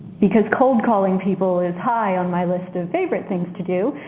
because cold calling people is high on my list of favorite things to do,